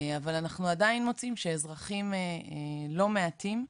אבל אנחנו עדיין מוצאים שאזרחים לא מעטים,